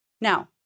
Now